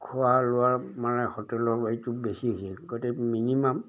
খোৱা লোৱাৰ মানে হোটেলৰ বেছি গতিকে মিনিমাম